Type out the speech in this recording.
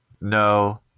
No